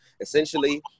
essentially